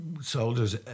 soldiers